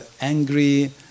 angry